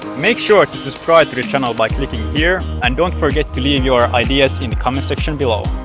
make sure to subscribe to the channel by clicking here and don't forget to leave your ideas in the comment-section below!